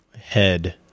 head